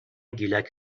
گیلک